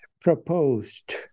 proposed